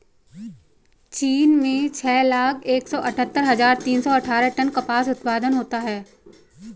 चीन में छह लाख एक सौ अठत्तर हजार तीन सौ अट्ठारह टन कपास उत्पादन होता है